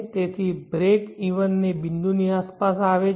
તેથી break even તે બિંદુની આસપાસ આવે છે